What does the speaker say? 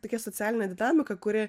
tokia socialinė dinamika kuri